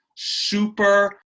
super